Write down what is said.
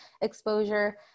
exposure